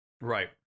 Right